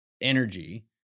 energy